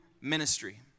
ministry